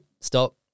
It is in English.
stop